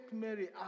Mary